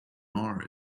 are